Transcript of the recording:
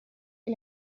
che